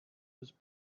his